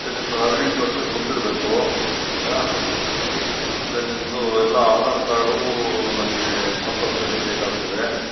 ಮತ್ತೆ ನಿಮ್ಮದು ಹದಿನೆಂಟು ವರ್ಷ ತುಂಬಿರಬೇಕು ಆಯಿತಾ ಮತ್ತೆ ನಿಮ್ಮದು ಎಲ್ಲ ಆಧಾರ್ ಕಾರ್ಡ್ ನಮಗೆ ಕಂಪಲ್ಸರಿ ಬೇಕಾಗ್ತದೆ